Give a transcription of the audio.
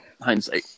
Hindsight